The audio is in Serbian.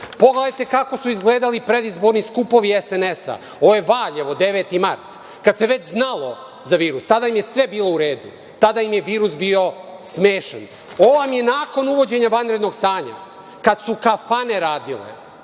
Pogledajte kako su izgledali predizborni skupovi SNS-a. Ovo je Valjevo, 9. mart, kad se već znalo za virus. Tada im je sve bilo u redu, tada im je virus bio smešan. Ovo vam je nakon uvođena vanrednog stanja, kada su kafane radile,